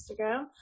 instagram